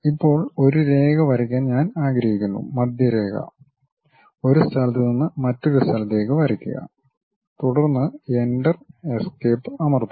ഇപ്പോൾ ഒരു രേഖ വരയ്ക്കാൻ ഞാൻ ആഗ്രഹിക്കുന്നു മധ്യരേഖ ഒരു സ്ഥലത്ത് നിന്ന് മറ്റൊരു സ്ഥലത്തേക്ക് വരയ്ക്കുക തുടർന്ന് എന്റർ എസ്കേപ്പ് അമർത്തുക